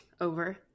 over